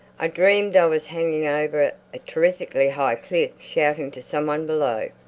i dreamed i was hanging over a terrifically high cliff, shouting to some one below.